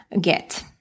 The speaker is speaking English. get